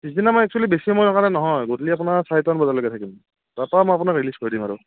পিছদিনা মই একসুৱেলি বেছি সময়ৰ কাৰণে নহয় গধূলি আপােনাৰ চাৰিটা বজালকৈ থাকিম তাৰ পৰা মই আপোনাক ৰিলিজ কৰি দিম আৰু